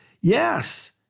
Yes